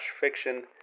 fiction